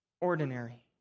ordinary